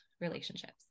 relationships